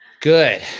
Good